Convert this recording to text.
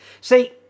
See